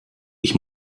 ich